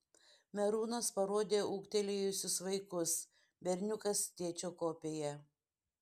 merūnas parodė ūgtelėjusius vaikus berniukas tėčio kopija